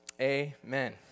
Amen